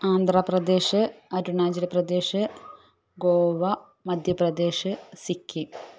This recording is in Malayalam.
ആന്ധ്രാപ്രദേശ് അരുണാചൽപ്രദേശ് ഗോവ മധ്യപ്രദേശ് സിക്കിം